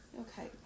Okay